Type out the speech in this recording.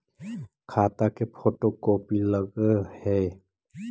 खाता के photocopy लगहै?